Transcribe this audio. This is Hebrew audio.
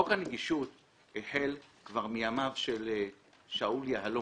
חוק הנגישות החל כבר מימיו של שאול יהלום,